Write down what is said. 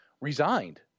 resigned